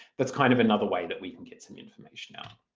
that's kind of another way that we can get some information out.